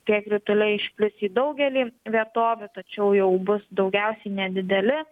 tie krituliai išplis į daugelį vietovių tačiau jau bus daugiausiai nedideli